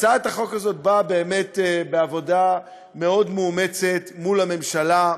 הצעת החוק הזאת באה באמת בעבודה מאוד מאומצת מול הממשלה,